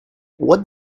what